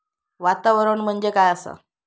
वातावरण म्हणजे काय असा?